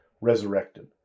resurrected